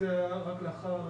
מתבצע רק לאחר